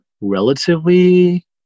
relatively